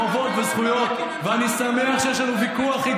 משפט אחרון,